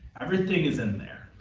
everything is in there.